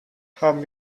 haben